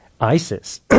ISIS